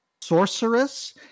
sorceress